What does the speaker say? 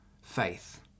faith